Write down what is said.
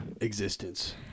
existence